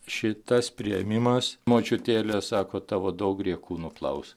šitas priėmimas močiutėlės sako tavo daug griekų nuplaus